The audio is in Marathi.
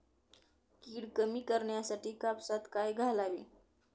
कीड कमी करण्यासाठी कापसात काय घालावे?